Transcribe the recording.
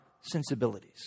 sensibilities